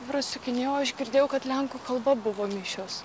prasukinėjau aš girdėjau kad lenkų kalba buvo mišios